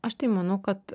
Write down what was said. aš tai manau kad